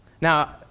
Now